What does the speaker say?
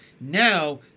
Now